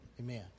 amen